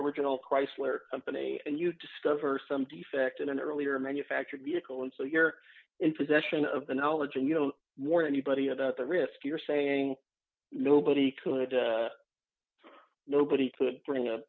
original chrysler company and you discover some defect in an earlier manufactured vehicle and so you're in possession of the knowledge and you know more anybody about the risk you're saying nobody nobody would bring a